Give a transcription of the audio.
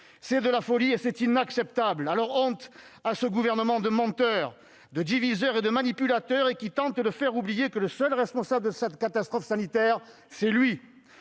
c'est de la folie ! C'est inacceptable ! Honte à ce gouvernement de menteurs, de diviseurs, de manipulateurs, qui tente de faire oublier que le seul responsable de cette catastrophe sanitaire, c'est lui